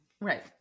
Right